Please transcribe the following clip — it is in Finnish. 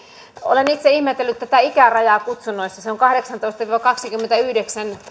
olen itse ihmetellyt tätä ikärajaa kutsunnoissa se on kahdeksantoista viiva kaksikymmentäyhdeksän